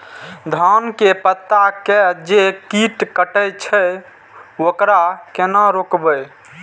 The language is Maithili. धान के पत्ता के जे कीट कटे छे वकरा केना रोकबे?